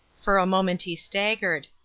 for a moment he staggered.